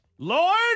Lord